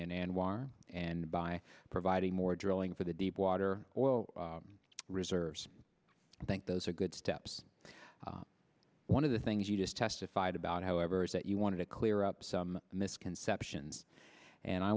anwar and by providing more drilling for the deepwater oil reserves i think those are good steps one of the things you just testified about however is that you wanted to clear up some misconceptions and i